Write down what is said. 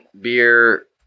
beer